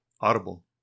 Audible